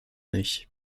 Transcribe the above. nicht